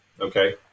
okay